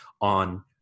on –